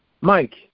Mike